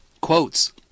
quotes